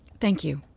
thank you